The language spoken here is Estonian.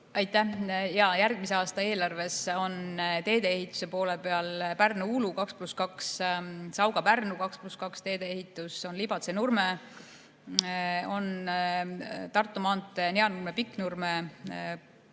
Aitäh! Jaa, järgmise aasta eelarves on teedeehituse poole peal Pärnu Uulu 2 + 2, Sauga–Pärnu 2 + 2 teedeehitus, on Libatse–Nurme, on Tartu maantee Neanurme–Pikknurme.